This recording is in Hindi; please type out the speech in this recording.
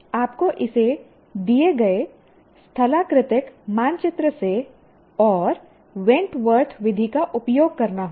आपको इसे दिए गए स्थलाकृतिक मानचित्र से और वेंटवर्थ विधि का उपयोग करना होगा